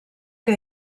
que